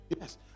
Yes